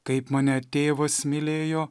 kaip mane tėvas mylėjo